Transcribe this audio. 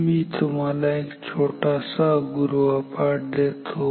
मी तुम्हाला छोटासा गृहपाठ देतो